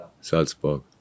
Salzburg